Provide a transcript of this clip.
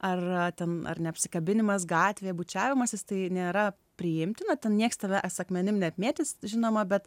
ar ten ar ne apsikabinimas gatvėj bučiavimasis tai nėra priimtina ten niekas tavęs akmenim neapmėtys žinoma bet